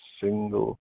single